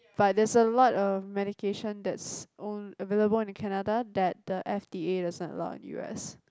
but there's a lot of medication that's on~ available in the Canada that the F_D_A does not allow in U_S